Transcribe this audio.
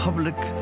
Public